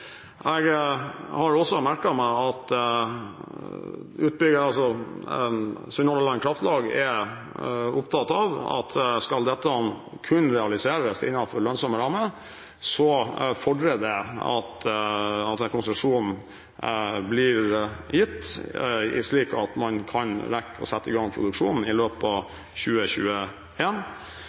Jeg har også merket meg at utbyggeren, Sunnhordland Kraftlag, er opptatt av at skal dette kun realiseres innenfor lønnsomme rammer, fordrer det at denne konsesjonen blir gitt, slik at man kan rekke å sette i gang produksjonen i løpet av